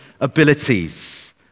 abilities